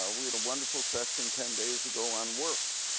ah we had a wonderful session ten days ago on work,